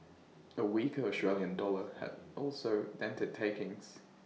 A weaker Australian dollar also dented takings